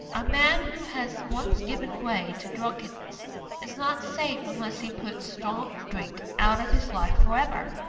a man who has once given way to drunkenness is not safe unless he puts strong drink out of his life for ever.